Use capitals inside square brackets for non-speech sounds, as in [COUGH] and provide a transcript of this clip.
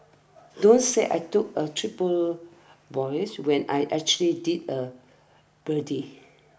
don't say I took a triple [UNINTELLIGIBLE] when I actually did a birdie